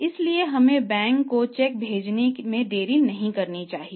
इसलिए हमें बैंक को चेक भेजने में देरी नहीं करनी चाहिए